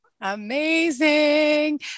Amazing